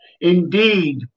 indeed